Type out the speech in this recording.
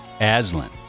Aslan